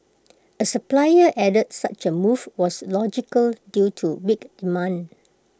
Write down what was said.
A supplier added such A move was logical due to weak demand